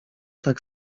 tak